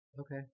Okay